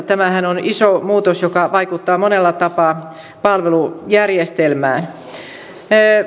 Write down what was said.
tämähän on iso muutos joka vaikuttaa monella tapaa palvelujärjestelmään